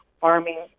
farming